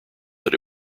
that